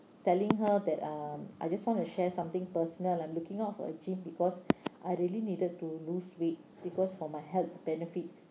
telling her that um I just want to share something personnel I'm looking out for a gym because I really needed to lose weight because for my health benefits